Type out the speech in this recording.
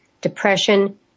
Depression